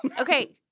Okay